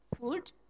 food